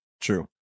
True